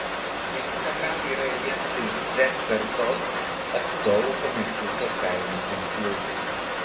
instagram yra ir vienas iš z kartos atstovų pamėgtų socialinių tinklų